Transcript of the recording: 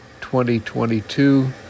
2022